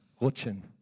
rutschen